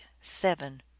seven